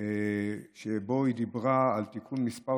תיקון מס'